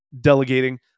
delegating